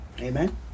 Amen